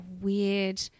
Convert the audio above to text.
weird